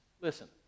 Listen